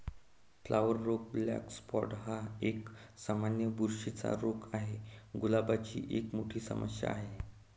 flower रोग black spot हा एक, सामान्य बुरशीचा रोग आहे, गुलाबाची एक मोठी समस्या आहे